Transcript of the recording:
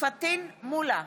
פטין מולא,